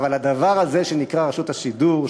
אבל הדבר הזה שנקרא "רשות השידור",